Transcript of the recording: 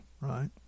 right